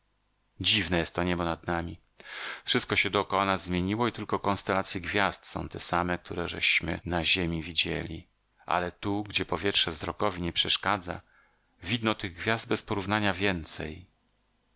niebo nad nami wszystko się dokoła nas zmieniło i tylko konstelacje gwiazd są te same któreśmy ze ziemi widzieli ale tu gdzie powietrze wzrokowi nie przeszkadza widno tych gwiazd bez porównania więcej